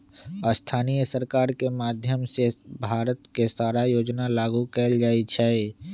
स्थानीय सरकार के माधयम से भारत के सारा योजना लागू कएल जाई छई